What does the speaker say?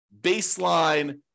baseline